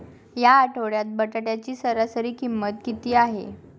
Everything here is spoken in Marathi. या आठवड्यात बटाट्याची सरासरी किंमत किती आहे?